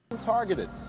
Targeted